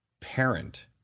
parent